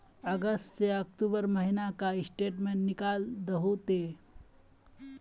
अगस्त से अक्टूबर महीना का स्टेटमेंट निकाल दहु ते?